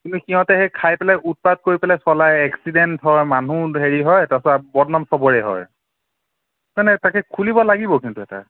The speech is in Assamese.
কিন্তু সিহঁতে সেই খাই পেলাই উৎপাত কৰি পেলাই চলাই এক্সিডেণ্ট হয় মানুহ হেৰি হয় তাৰপাছত বদনাম চবৰে হয় মানে তাকেই খুলিব লাগিব কিন্তু এটা